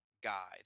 guide